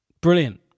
brilliant